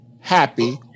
happy